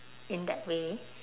in that way